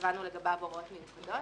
קבענו לגביו הוראות מיוחדות.